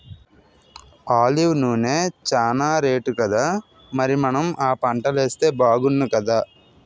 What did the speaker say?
olive నూనె చానా రేటుకదా మరి మనం ఆ పంటలేస్తే బాగుణ్ణుకదా